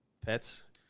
pets